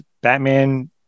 Batman